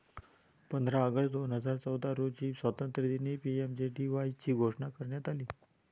पंधरा ऑगस्ट दोन हजार चौदा रोजी स्वातंत्र्यदिनी पी.एम.जे.डी.वाय ची घोषणा करण्यात आली